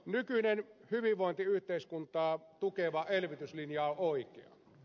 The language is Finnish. nykyinen hyvinvointiyhteiskuntaa tukeva elvytyslinja on oikea